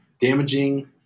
damaging